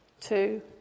two